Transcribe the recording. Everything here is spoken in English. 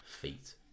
Feet